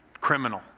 criminal